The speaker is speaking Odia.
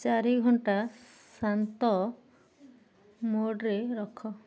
ଚାରି ଘଣ୍ଟା ଶାନ୍ତ ମୋଡ଼ରେ ରଖ